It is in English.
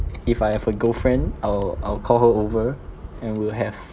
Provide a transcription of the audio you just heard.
if I have a girlfriend I'll I'll call her over and we'll have